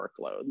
workload